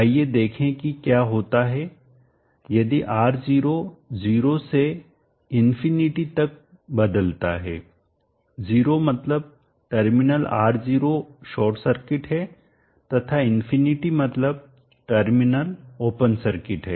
आइए देखें कि क्या होता है यदि R0 0 से ∞ अनंत तक बदलतावेरिएंट है 0 मतलब टर्मिनल R0 शॉर्ट सर्किट है तथा ∞ अनंत मतलब टर्मिनल ओपन सर्किट है